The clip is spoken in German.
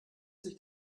sich